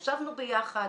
ישבנו ביחד,